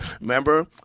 Remember